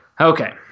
Okay